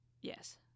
yes